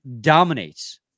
dominates